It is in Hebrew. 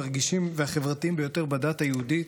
הרגישים והחברתיים ביותר בדת היהודית,